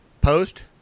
post